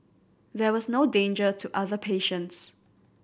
there was no danger to other patients